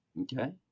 Okay